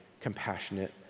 compassionate